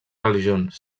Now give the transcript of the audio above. religions